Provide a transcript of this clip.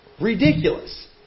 ridiculous